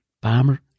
Bomber